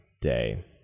day